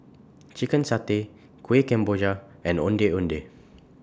Chicken Satay Kueh Kemboja and Ondeh Ondeh